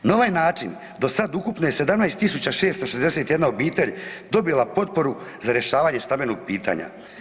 Na ovaj način do sada je ukupno 17.661 obitelj dobila potporu za rješavanje stambenog pitanja.